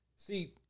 See